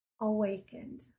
awakened